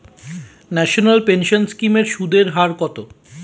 National pension scheme এর সুদের হার কত?